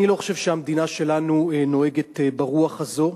אני לא חושב שהמדינה שלנו נוהגת ברוח הזאת,